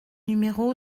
numéro